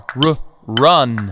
run